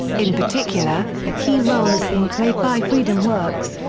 in particular, a key role is being played by freedomworks,